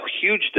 huge